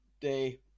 day